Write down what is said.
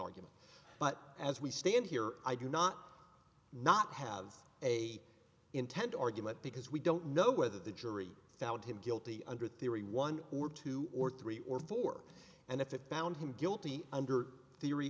argument but as we stand here i do not not have a intent argument because we don't know whether the jury found him guilty under a theory one or two or three or four and if it bound him guilty under the